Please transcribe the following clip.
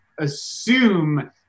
Assume